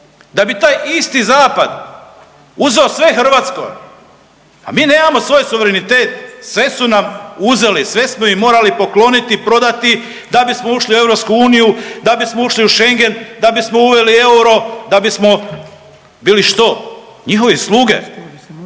Da bi taj isti zapad uzeo sve hrvatsko, a mi nemamo svoj suverenitet, sve su nam uzeli, sve smo im morali pokloniti, prodati da bismo ušli u EU, da bismo ušli u Schengen, da bismo uveli euro, da bismo bili što, njihovi sluge,